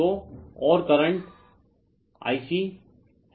तो और current Ic है